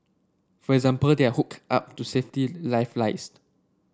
for example they are hooked up to safety lifelines